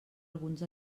alguns